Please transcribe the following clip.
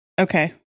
Okay